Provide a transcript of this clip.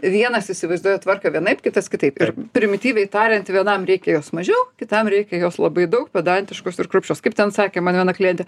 vienas įsivaizduoja tvarką vienaip kitas kitaip ir primityviai tariant vienam reikia jos mažiau kitam reikia jos labai daug pedantiškos ir kruopščios kaip ten sakė man viena klientė